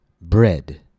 bread